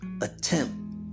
attempt